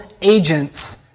agents